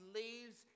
leaves